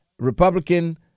Republican